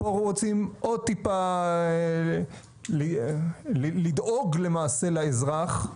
פה רוצים עוד טיפה לדאוג למעשה לאזרח.